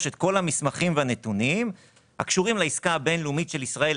את כל המסמכים והנתונים הקשורים לעסקה הבינלאומית של ישראל",